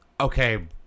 okay